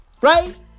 Right